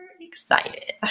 excited